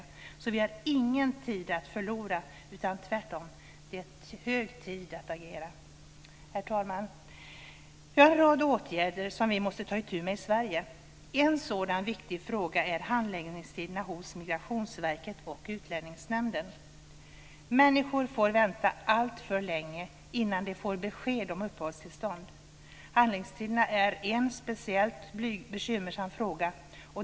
Vi har ingen tid att förlora, utan tvärtom är det hög tid att agera. Herr talman! Vi har en rad åtgärder som vi måste ta itu med i Sverige. En sådan viktig fråga är handläggningstiderna hos Migrationsverket och Utlänningsnämnden. Människor vår vänta alltför länge innan de får besked om uppehållstillstånd. Handläggningstiderna är en speciellt bekymmersam fråga.